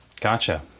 Gotcha